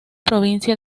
provincia